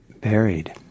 buried